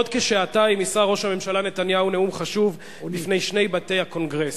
בעוד כשעתיים יישא ראש הממשלה נאום חשוב בפני שני בתי הקונגרס.